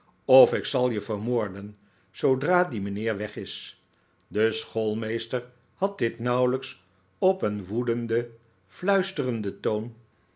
of ik zal je vermoorden zoodra die mijnheer weg is de schoolmeester had dit nauwelijks op een woedenden fluisterenden toon